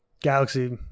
galaxy